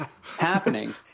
happening